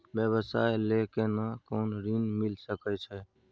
व्यवसाय ले केना कोन ऋन मिल सके छै?